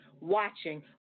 watching